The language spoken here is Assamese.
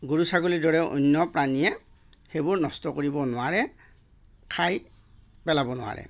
গৰু ছাগলীৰ দৰে অন্য প্ৰাণীয়ে সেইবোৰ নষ্ট কৰিব নোৱাৰে খাই পেলাব নোৱাৰে